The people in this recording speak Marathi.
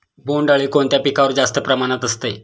बोंडअळी कोणत्या पिकावर जास्त प्रमाणात असते?